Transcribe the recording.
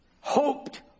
Hoped